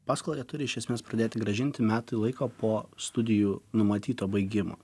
paskolą jie turi iš esmės pradėti grąžinti metai laiko po studijų numatyto baigimo